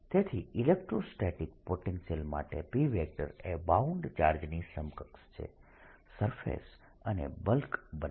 તેથી electrostatic potential માટે p એ બાઉન્ડ ચાર્જની સમકક્ષ છે સરફેસ અને બલ્ક બંને